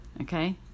okay